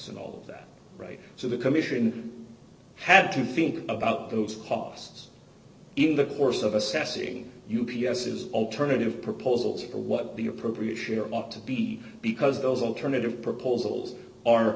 and all that right so the commission has to think about those costs in the course of assessing u p s is alternative proposals for what the appropriate share ought to be because those alternative proposals are